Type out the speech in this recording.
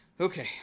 Okay